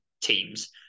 teams